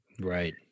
Right